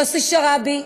יוסי שרעבי,